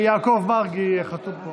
לאיזו ועדה?